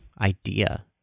idea